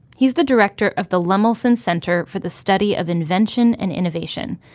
he's the director of the lemelson center for the study of invention and innovation,